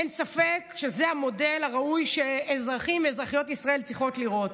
אין ספק שזה המודל הראוי שאזרחי ואזרחיות ישראל צריכות לראות.